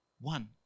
one